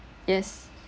yes